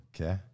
Okay